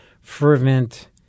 fervent